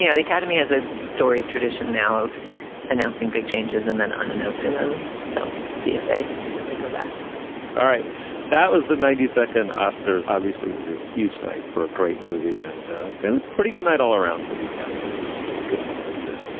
you know the academy has a storied tradition now of announcing big changes and then on announcing them. so we'll see if they if they go back all right that was the ninety second oscars, obviously was a huge night for a great movie and a pretty good night all around for the academy awards. that will give him another year.